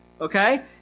Okay